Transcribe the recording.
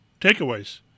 takeaways